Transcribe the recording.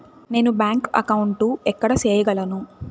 నేను bank account ఎక్కడ సేయగలను